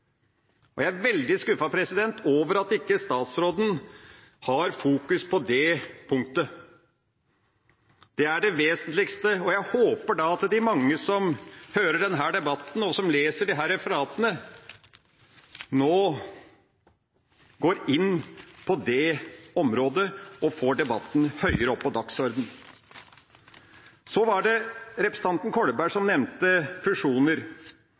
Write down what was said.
og jeg er veldig skuffet over at ikke statsråden fokuserer på det punktet. Det er det vesentligste, og jeg håper at de mange som hører denne debatten, og som leser disse referatene, nå går inn på det området og får debatten høyere opp på dagsorden. Så var det representanten Kolberg som nevnte